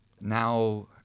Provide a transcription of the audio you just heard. now